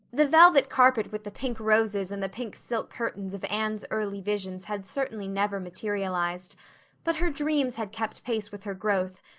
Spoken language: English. the velvet carpet with the pink roses and the pink silk curtains of anne's early visions had certainly never materialized but her dreams had kept pace with her growth,